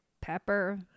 pepper